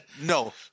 no